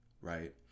right